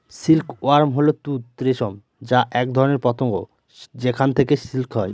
silk worm হল তুঁত রেশম যা এক ধরনের পতঙ্গ যেখান থেকে সিল্ক হয়